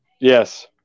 Yes